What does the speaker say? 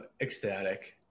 ecstatic